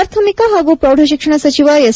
ಪ್ರಾಥಮಿಕ ಹಾಗೂ ಪ್ರೌಢ ಶಿಕ್ಷಣ ಸಚಿವ ಎಸ್